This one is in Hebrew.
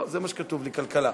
לא, זה מה שכתוב לי: כלכלה.